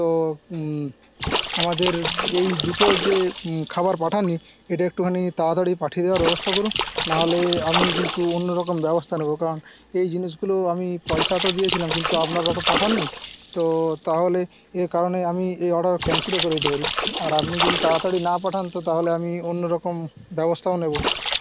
তো আমাদের এই দুটো যে খাবার পাঠান নি এটা একটুখানি তাড়াতাড়ি পাঠিয়ে দেওয়ার ব্যবস্থা করুন নাহলে আমি কিন্তু অন্য রকম ব্যবস্থা নেব কারণ এই জিনিসগুলো আমি পয়সা তো দিয়েছিলাম কিন্ত আপনারা তো পাঠান নি তো তাহলে এর কারণে আমি এই অর্ডার ক্যান্সেলও করে দিতে পারি আর আপনি যদি তাড়াতাড়ি না পাঠান তো তাহলে আমি অন্য রকম ব্যবস্থাও নেব